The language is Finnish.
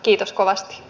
kiitos kovasti